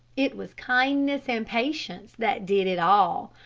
it was kindness and patience that did it all.